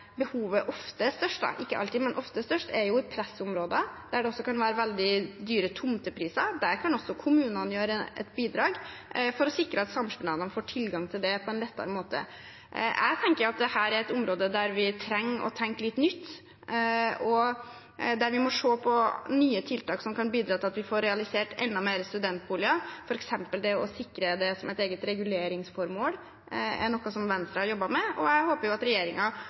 det også kan være veldig dyre tomtepriser. Der kan også kommunene bidra til å sikre at samskipnadene får tilgang på en lettere måte. Jeg tenker at dette er et område der vi trenger å tenke litt nytt, og der vi må se på nye tiltak som kan bidra til at vi får realisert enda flere studentboliger. For eksempel er det å sikre det som et eget reguleringsformål noe Venstre har jobbet med, og jeg håper at regjeringen fortsatt vil ha et høyt trykk på dette arbeidet framover. Venstre skryter ofte av at